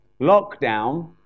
lockdown